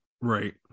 Right